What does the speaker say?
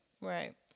Right